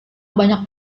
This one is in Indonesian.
banyak